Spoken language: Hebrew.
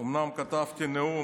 אומנם כתבתי נאום,